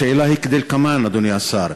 השאלה היא כדלקמן, אדוני השר: